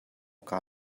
kaa